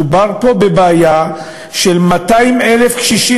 מדובר פה בבעיה של 200,000 קשישים,